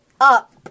up